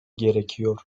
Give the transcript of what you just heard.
gerekiyor